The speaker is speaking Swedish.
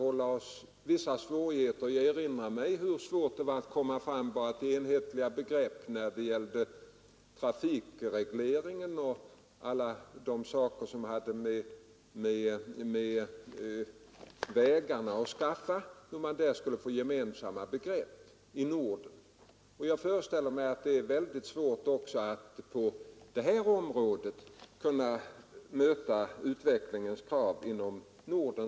Jag erinrar mig hur svårt det var bara att komma fram till enhetliga begrepp när det gällde trafikregleringen och allt det som hade med vägarna att skaffa. Jag föreställer mig att det blir väldigt svårt också på detta område att gemensamt inom Norden möta utvecklingens krav.